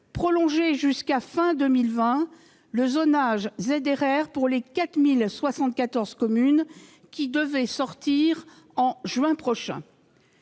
prolonger jusqu'à la fin de l'année 2020 le zonage ZRR pour les 4 074 communes qui devaient en sortir en juin prochain